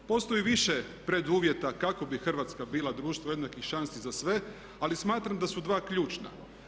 Postoji više preduvjeta kako bi Hrvatska bila društvo jednakih šansi za sve ali smatram da su dva ključna.